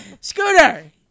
Scooter